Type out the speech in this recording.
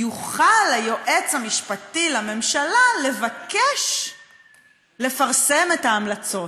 יוכל היועץ המשפטי לממשלה לבקש לפרסם את ההמלצות,